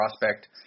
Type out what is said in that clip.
prospect